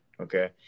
Okay